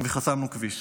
וחסמנו כביש.